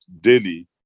daily